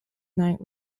night